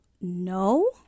no